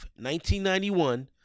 1991